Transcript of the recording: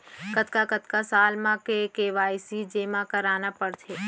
कतका कतका साल म के के.वाई.सी जेमा करना पड़थे?